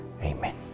Amen